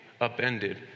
upended